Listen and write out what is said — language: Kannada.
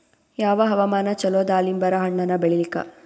ಯಾವ ಹವಾಮಾನ ಚಲೋ ದಾಲಿಂಬರ ಹಣ್ಣನ್ನ ಬೆಳಿಲಿಕ?